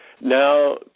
Now